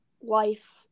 life